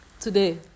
today